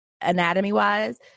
anatomy-wise